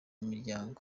miryango